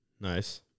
Nice